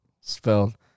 Spelled